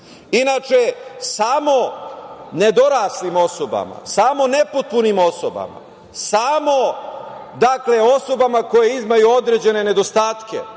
samo nedoraslim osobama, samo nepotpunim osobama, samo osobama koje imaju određene nedostatke